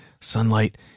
sunlight